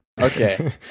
Okay